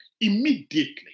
immediately